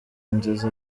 inzozi